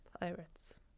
Pirates